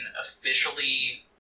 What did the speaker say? officially